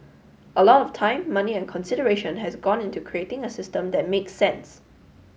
a lot of time money and consideration has gone into creating a system that make sense